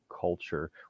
culture